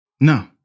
No